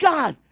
God